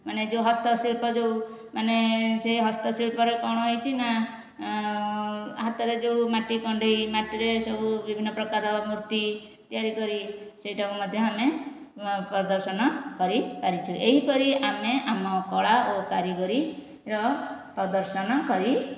ମାନେ ଯେଉଁ ହସ୍ତଶିଳ୍ପ ଯେଉଁ ମାନେ ସେଇ ହସ୍ତଶିଳ୍ପରେ କଣ ହେଇଚି ନା ହାତରେ ଯେଉଁ ମାଟି କଣ୍ଢେଇ ମାଟିରେ ସବୁ ବିଭିନ୍ନ ପ୍ରକାର ମୂର୍ତ୍ତି ତିଆରି କରି ସେଇଟାକୁ ମଧ୍ୟ ଆମେ ପ୍ରଦର୍ଶନ କରିପାରିଛୁ ଏହିପରି ଆମେ ଆମ କଳା ଓ କାରିଗରୀର ପ୍ରଦର୍ଶନ କରି ଥାଉ